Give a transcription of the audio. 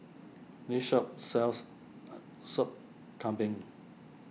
this shop sells a Sup Kambing